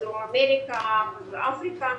דרום אמריקה ובאפריקה,